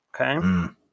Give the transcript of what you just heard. Okay